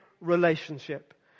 relationship